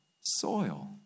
soil